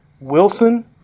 Wilson